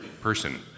person